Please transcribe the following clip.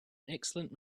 excellent